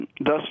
Thus